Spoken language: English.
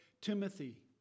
Timothy